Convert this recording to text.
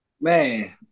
man